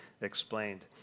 explained